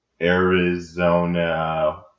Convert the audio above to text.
Arizona